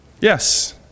Yes